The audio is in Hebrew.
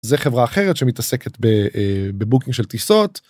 זה חברה אחרת שמתעסקת ב אה בוקינג של טיסות.